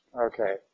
Okay